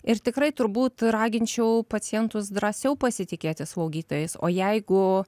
ir tikrai turbūt raginčiau pacientus drąsiau pasitikėti slaugytojais o jeigu